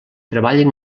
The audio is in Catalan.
treballen